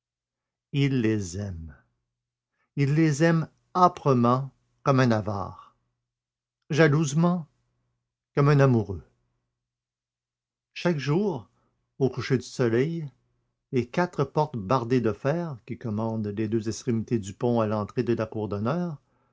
il les aime ses bibelots il les aime âprement comme un avare jalousement comme un amoureux chaque jour au coucher du soleil les quatre portes bardées de fer qui commandent les deux extrémités du pont et l'entrée de la cour d'honneur